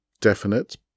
definite